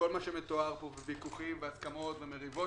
כל מה שמתואר פה בוויכוחים והסכמות ומריבות